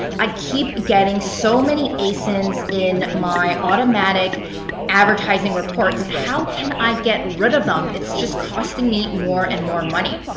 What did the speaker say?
i keep getting so many asins in my automatic ppc advertising reports. how can i get rid of them? it's just costing me more and more money.